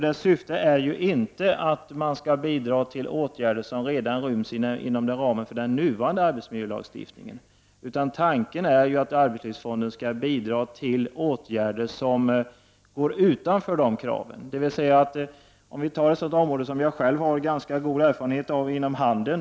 Dess syfte är inte att bidra till åtgärder som redan ryms inom ramen för den nuvarande arbetsmiljölagstiftningen, utan tanken är att arbetslivsfonden skall bidra till åtgärder som går utanför de kraven. Vi kan som exempel ta ett område som jag själv har ganska god erfarenhet av, nämligen handeln.